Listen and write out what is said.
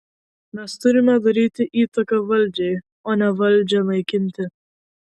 mes turime daryti įtaką valdžiai o ne valdžią naikinti